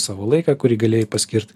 savo laiką kurį galėjai paskirt